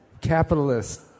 capitalist